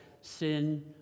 sin